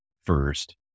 first